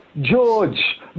George